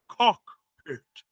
cockpit